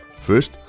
First